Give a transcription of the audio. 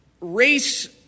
race